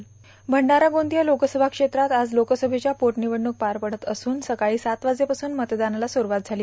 षंडारा गोंदिया लोकसमा बेत्रात आज लोकसमेच्या पोटनिवडणूक पार पडत असुन सकाळी सात वाजे पासून मतदान सुरवात झाली